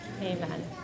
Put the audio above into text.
Amen